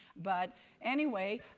but anyway,